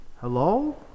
Hello